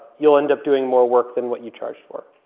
you'll end up doing more work than what you charged for.